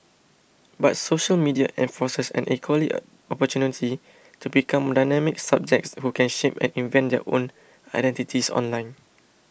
but social media enforces an equal opportunity to become dynamic subjects who can shape and invent their own identities online